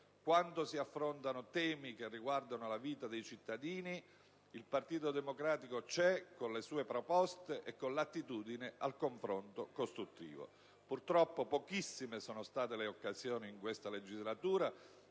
Quando si affrontano temi che riguardano la vita dei cittadini il Partito Democratico c'è, con le sue proposte e con l'attitudine al confronto costruttivo. Purtroppo, pochissime sono state le occasioni offerte in questa legislatura